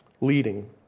leading